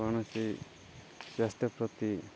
କୌଣସି ସ୍ୱାସ୍ଥ୍ୟ ପ୍ରତି